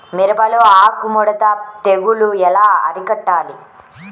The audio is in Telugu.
మిరపలో ఆకు ముడత తెగులు ఎలా అరికట్టాలి?